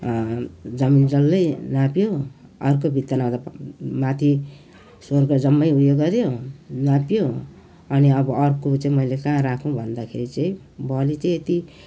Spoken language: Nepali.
जमीन डल्लै नाप्यो अर्को भित्ता नाप्दा माथि स्वर्ग जम्मै उयो गर्यो नाप्यो अनि अब अर्को चाहिँ मैले कहाँ राखौँ भन्दाखेरि चाहिँ बलि चाहिँ यति